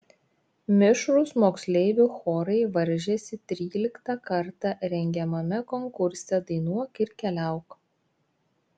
mišrūs moksleivių chorai varžėsi tryliktą kartą rengiamame konkurse dainuok ir keliauk